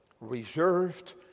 reserved